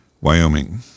wyoming